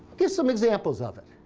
give some examples of it.